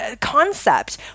concept